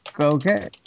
Okay